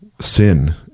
sin